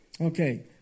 Okay